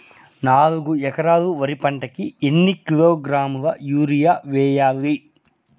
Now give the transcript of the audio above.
నాలుగు ఎకరాలు వరి పంటకి ఎన్ని కిలోగ్రాముల యూరియ వేయాలి?